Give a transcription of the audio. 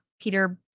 Peter